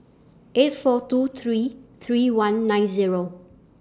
eight four two three three one nine Zero